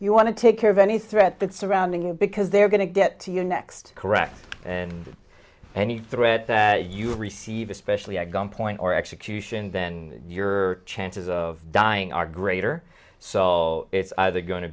you want to take care of any threat that surrounding you because they're going to get to you next correct any threat that you receive especially at gunpoint or execution then your chances of dying are greater so all it's either going to